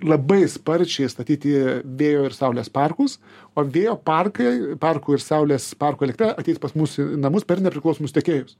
labai sparčiai statyti vėjo ir saulės parkus o vėjo parkai parkų ir saulės parkų elektra ateis pas mus į namus per nepriklausomus tiekėjus